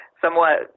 somewhat